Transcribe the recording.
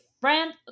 friend